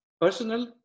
personal